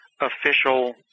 official –